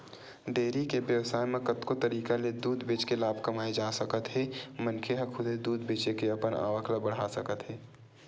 dairy के बेवसाय म कतको तरीका ले दूद बेचके लाभ कमाए जा सकत हे मनखे ह खुदे दूद बेचे के अपन आवक ल बड़हा सकत हे